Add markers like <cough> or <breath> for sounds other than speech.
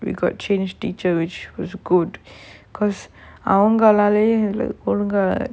we got change teacher which was good <breath> because அவங்களாலயே எனக்கு ஒழுங்கா:avangalaalayae enakku olungaa